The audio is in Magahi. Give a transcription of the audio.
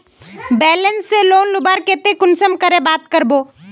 बैंक से लोन लुबार केते कुंसम करे बात करबो?